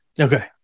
Okay